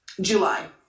July